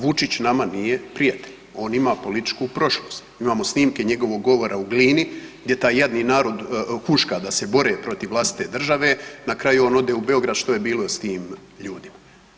Vučić nama nije prijatelj, on ima političku prošlost, imamo snimke njegovog govora u Glini gdje taj jadni narod huška da se bore protiv vlastite države, na kraju on ode u Beograd, što je bilo s tim ljudima?